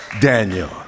Daniel